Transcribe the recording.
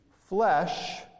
flesh